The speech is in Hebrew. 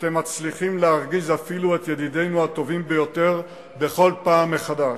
אתם מצליחים להרגיז אפילו את ידידינו הטובים ביותר כל פעם מחדש.